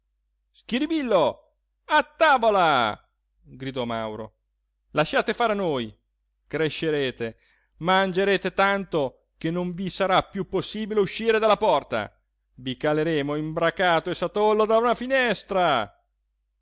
schiribillo a tavola gridò mauro lasciate fare a noi crescerete mangerete tanto che non vi sarà piú possibile uscire dalla porta i caleremo imbracato e satollo da una finestra